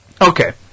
Okay